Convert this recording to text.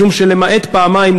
משום שלמעט פעמיים,